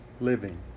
living